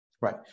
Right